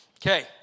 Okay